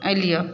आइ लिअ